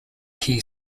key